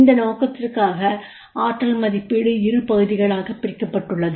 இந்த நோக்கத்திற்காக ஆற்றல் மதிப்பீடு இரு பகுதிகளாக பிரிக்கப்பட்டுள்ளது